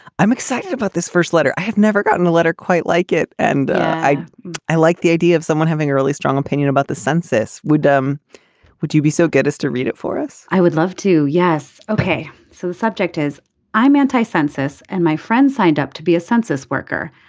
i'm excited about this first letter. i have never gotten a letter quite like it and i i like the idea of someone having a really strong opinion about the census. would you would you be so get us to read it for us i would love to. yes. ok so the subject is i'm anti census and my friend signed up to be a census worker.